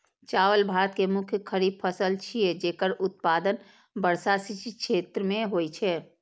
चावल भारत के मुख्य खरीफ फसल छियै, जेकर उत्पादन वर्षा सिंचित क्षेत्र मे होइ छै